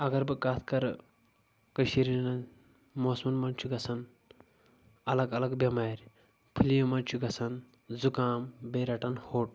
اگر بہٕ کتھ کرٕ کٔشیٖرِ ہِنٛدٮ۪ن موسمن منٛز چھُ گژھان الگ الگ بٮ۪مارِ پھٔلیہِ منٛز چھُ گژھان زُکام بیٚیہِ رٹان ہوٚٹ